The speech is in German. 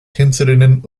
tänzerinnen